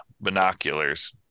binoculars